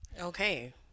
Okay